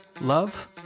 Love